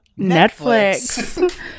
netflix